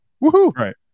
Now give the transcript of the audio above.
right